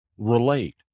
relate